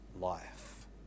life